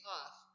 off